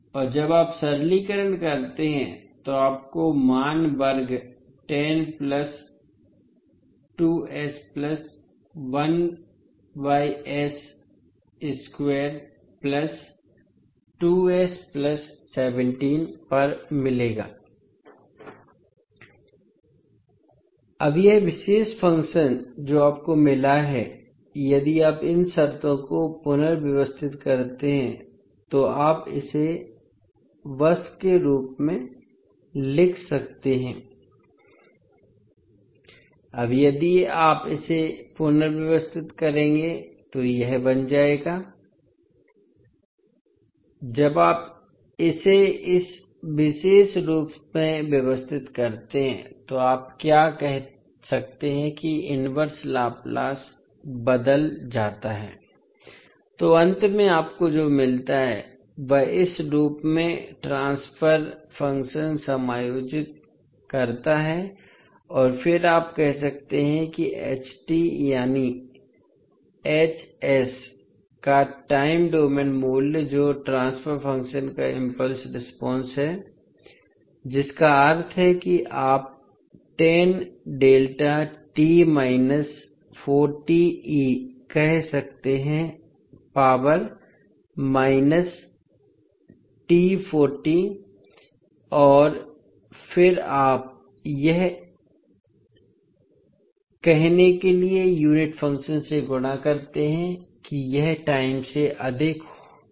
और जब आप सरलीकरण करते हैं तो आपको मान वर्ग 10 प्लस 2 s प्लस 1 पर s वर्ग प्लस 2 s प्लस 17 पर मिलेगा अब यह विशेष फ़ंक्शन जो आपको मिला है यदि आप इन शर्तों को पुनर्व्यवस्थित करते हैं तो आप इसे बस के रूप में लिख सकते हैं अब यदि आप इसे पुनर्व्यवस्थित करेंगे तो यह बन जाएगा जब आप इसे इस विशेष रूप में व्यवस्थित करते हैं तो आप क्या कह सकते हैं कि इनवर्स लाप्लास बदल जाता है तो अंत में आपको जो मिलता है वह इस रूप में ट्रांसफर फ़ंक्शन समायोजित करता है और फिर आप कह सकते हैं कि यानी का टाइम डोमेन मूल्य जो ट्रांसफर फ़ंक्शन का इम्पल्स रेस्पॉन्स है जिसका अर्थ है कि आप 10 डेल्टा t माइनस 40e कह सकते हैं पावर माइनस t 40 और फिर आप यह कहने के लिए यूनिट फंक्शन से गुणा करते हैं कि यह टाइम से अधिक के लिए लागू है